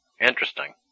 interesting